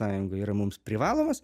sąjunga yra mums privalomas